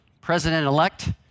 president-elect